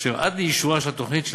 אשר עד לאישורה של התוכנית,